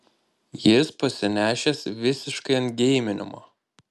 jis pasinešęs visiškai ant geiminimo